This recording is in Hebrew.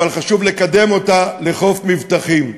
אבל חשוב לקדם אותה לחוף מבטחים.